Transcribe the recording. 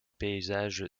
paysage